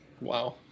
Wow